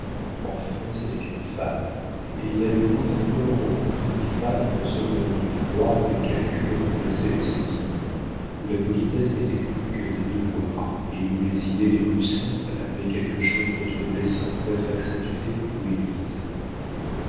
enfin c'était une femme et il n'avait point encore rencontré de femme dans ce monde froid où les calculs remplaçaient les sentiments où la politesse n'était plus que des devoirs et où les idées les plus simples avaient quelque chose de trop blessant pour être acceptées ou émises